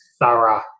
thorough